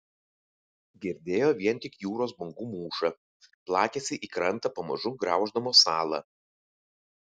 girdėjo vien tik jūros bangų mūšą plakėsi į krantą pamažu grauždamos salą